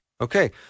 Okay